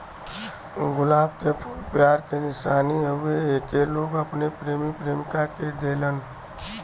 गुलाब के फूल प्यार के निशानी हउवे एके लोग अपने प्रेमी प्रेमिका के देलन